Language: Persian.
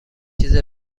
چیز